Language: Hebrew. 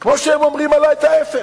כמו שהם אומרים עלי ההיפך.